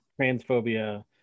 transphobia